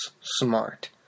Smart